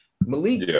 Malik